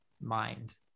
mind